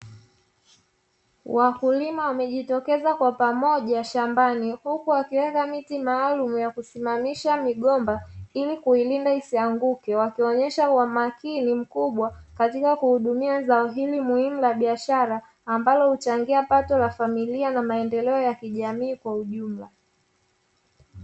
Wakulima wamejitokeza kwa pamoja shambani huku wakiweka miti maalumu ya kusimamisha migomba, ili kuilinda isianguke wakionesha umakini mkubwa katika kuhudumia zao hili muhimu la biashara; ambalo huchangia pato la familia na maendeleo ya kijamii kwa ujumla.